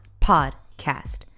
podcast